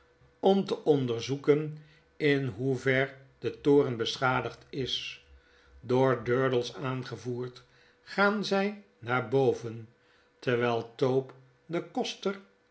om te onderzoeken in hoever de toren beschadigd is door durdels aangevoerd gaan zij naar boven terwijl tope de koster